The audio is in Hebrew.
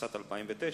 התשס"ט 2009,